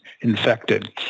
infected